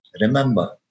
remember